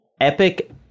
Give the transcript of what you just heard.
Epic